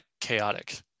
chaotic